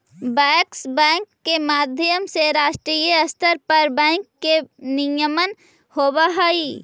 bankers bank के माध्यम से राष्ट्रीय स्तर पर बैंक के नियमन होवऽ हइ